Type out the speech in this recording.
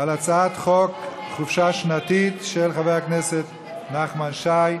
על הצעת חוק חופשה שנתית, של חבר הכנסת נחמן שי.